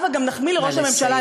הבה גם נחמיא לראש הממשלה,